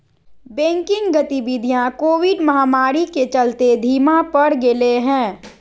banking गतिवीधियां covid महामारी के चलते धीमा पड़ गेले हें